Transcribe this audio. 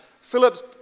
Phillips